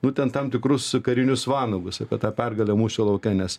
nu ten tam tikrus karinius vanagus apie tą pergalę mūšio lauke nes